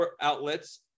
outlets